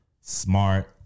smart